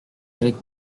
avec